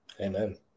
Amen